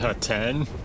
ten